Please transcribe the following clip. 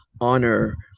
honor